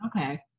Okay